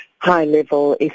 high-level